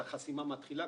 אז החסימה מתחילה.